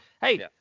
hey